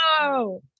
no